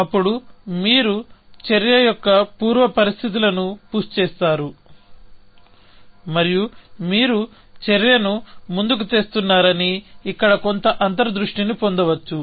అప్పుడు మీరు చర్య యొక్క పూర్వ పరిస్థితులను పుష్ చేస్తారు మరియు మీరు చర్యను ముందుకు తెస్తున్నారని ఇక్కడ కొంత అంతర్ దృష్టిని పొందవచ్చు